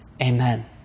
Amen